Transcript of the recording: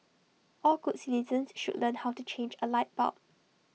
all good citizens should learn how to change A light bulb